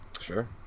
Sure